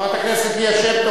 חברת הכנסת ליה שמטוב,